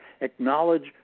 Acknowledge